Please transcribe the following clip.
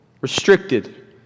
restricted